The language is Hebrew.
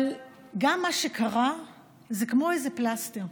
אבל גם מה שקרה זה כמו איזה פלסטר,